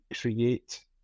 create